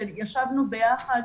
ישבנו ביחד